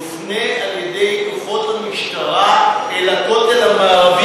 הוא יופנה על-ידי כוחות המשטרה אל הכותל המערבי,